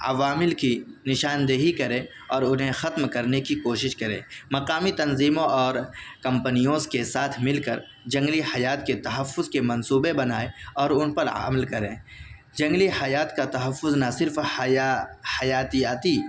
عوامل کی نشاندہی کریں اور انہیں ختم کرنے کی کوشش کریں مقامی تنظیموں اور کمپنیوز کے ساتھ مل کر جنگلی حیات کے تحفظ کے منصوبے بنائیں اور ان پر عمل کریں جنگلی حیات کا تحفظ نہ صرف حیا حیاتیاتی